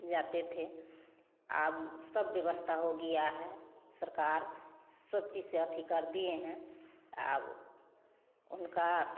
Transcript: जाते थे अब सब व्यवस्था हो गया है सरकार सब चीज से एथि कर दिए हैं अब उनका